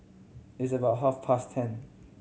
its about half past ten